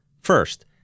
first